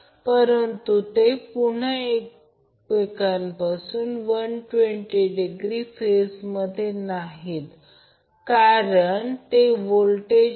तर येथे देखील तत्त्वज्ञान असे असेल की लाइन व्होल्टेज √3 फेज व्होल्टेज आहे